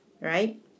right